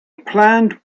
planned